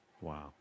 Wow